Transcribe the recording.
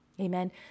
Amen